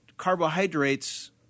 carbohydrates